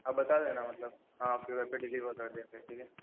आप बता देना मतलब हम आपके के घर पे डिलिवर कर देते ठीक है